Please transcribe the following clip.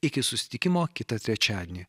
iki susitikimo kitą trečiadienį